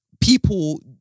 People